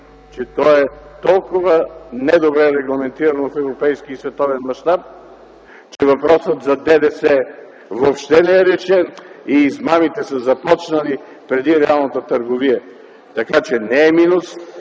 че той е толкова не добре регламентирано в европейски и световен мащаб, че въпросът за ДДС въобще не е решен и измамите са започнали преди реалната търговия. Така че не е минус,